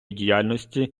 діяльності